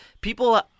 People